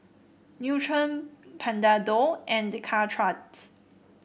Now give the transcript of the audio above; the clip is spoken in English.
Nutren Panadol and Caltrate